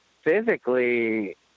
Physically